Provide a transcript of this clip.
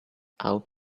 out